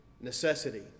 necessity